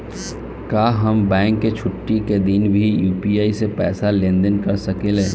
का हम बैंक के छुट्टी का दिन भी यू.पी.आई से पैसे का लेनदेन कर सकीले?